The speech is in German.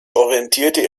orientierte